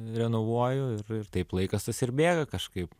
renovuoju ir ir taip laikas tas ir bėga kažkaip